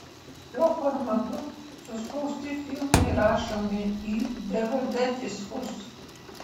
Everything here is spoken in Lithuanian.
šiuo formatu suspausti filmai rašomi į dvd diskus